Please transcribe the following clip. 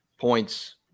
points